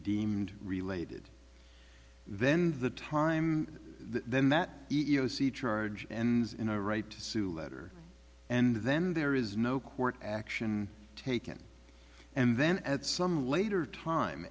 deemed related then the time then that e e o c charge ends in a right to sue letter and then there is no court action taken and then at some later time